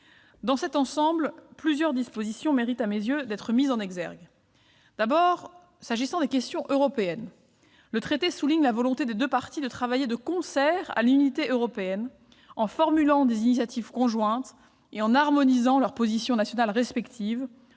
Dans cet ensemble, plusieurs dispositions méritent d'être mises en exergue. En ce qui concerne les questions européennes, le traité souligne la volonté des deux parties de travailler de concert à l'unité européenne en formulant des initiatives conjointes et en harmonisant leurs positions nationales respectives,